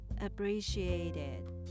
appreciated